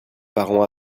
parents